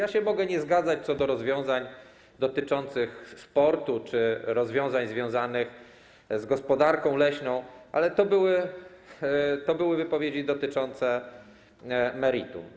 Ja się mogę nie zgadzać co do rozwiązań dotyczących sportu czy rozwiązań związanych z gospodarką leśną, ale to były wypowiedzi dotyczące meritum.